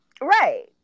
right